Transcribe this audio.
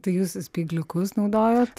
tai jūs spygliukus naudojot